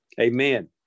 Amen